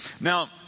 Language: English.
Now